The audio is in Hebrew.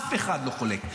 אף אחד לא חולק.